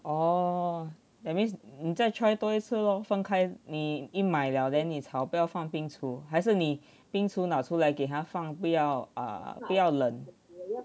orh that means 你在 try 多一次分开你一买了 then 你抄不要放冰橱还是你冰橱拿出来给他放不要啊不要冷